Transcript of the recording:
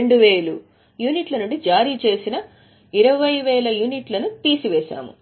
2000 నుండి జారీ చేసిన 20000 యూనిట్లను తీసి వేసాము